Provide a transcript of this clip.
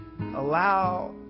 Allow